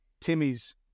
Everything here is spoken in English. Timmy's